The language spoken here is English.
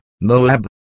Moab